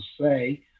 say